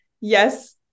yes